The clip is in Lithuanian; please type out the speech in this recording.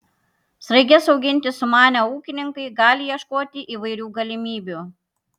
sraiges auginti sumanę ūkininkai gali ieškoti įvairių galimybių